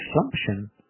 assumption